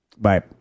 bye